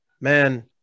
man